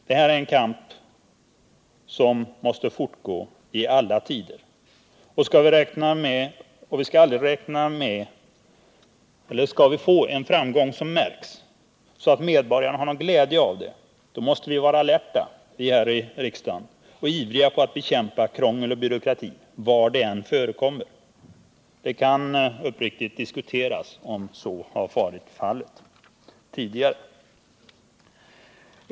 Detta är en kamp som måste fortgå i alla tider. Och skall vi få någon framgång som märks, så att medborgarna har någon glädje av den, måste vi här i riksdagen vara alerta och ivriga att bekämpa krångel och byråkrati, var de än förekommer. Det kan uppriktigt sagt diskuteras om så varit fallet tidigare.